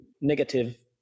negative